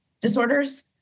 disorders